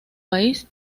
país